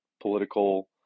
political